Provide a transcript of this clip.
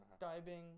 diving